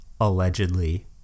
allegedly